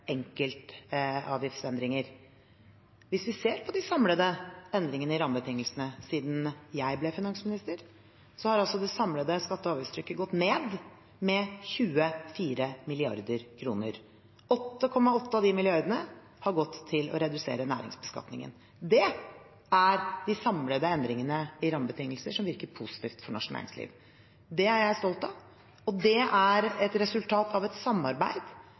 enkeltavgiftsendringer. Hvis vi ser på de samlede endringene i rammebetingelsene siden jeg ble finansminister, har det samlede skatte- og avgiftstrykket gått ned med 24 mrd. kr. 8,8 av de milliardene har gått til å redusere næringsbeskatningen. Det er de samlede endringene i rammebetingelsene, som virker positivt for norsk næringsliv. Det er jeg stolt av, og det er et resultat av et samarbeid